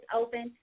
open